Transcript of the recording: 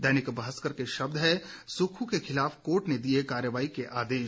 दैनिक भास्कर के शब्द हैं सुक्खू के खिलाफ कोर्ट ने दिए कार्रवाई के आदेश